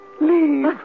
Leave